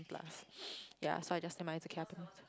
plus ya so I just nevermind it's okay I pay myself